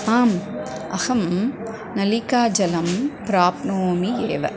आम् अहं नलिकाजलं प्राप्नोमि एव